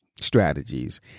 strategies